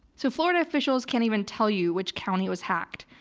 so florida officials can't even tell you which county was hacked.